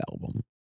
album